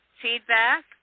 feedback